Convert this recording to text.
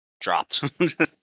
dropped